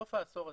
בסוף העשור הזה,